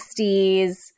60s